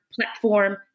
platform